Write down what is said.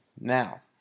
Now